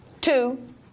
two